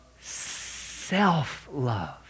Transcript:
self-love